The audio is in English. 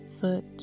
foot